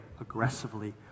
aggressively